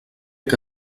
que